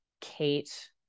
Kate